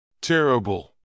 Terrible